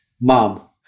Mom